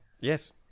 yes